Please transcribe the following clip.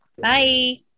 Bye